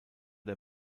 der